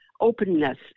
openness